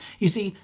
you see,